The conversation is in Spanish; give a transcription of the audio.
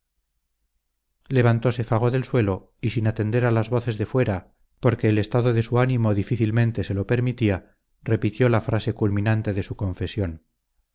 levantose fago del suelo y sin atender a las voces de fuera porque el estado de su ánimo difícilmente se lo permitía repitió la frase culminante de su confesión